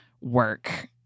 work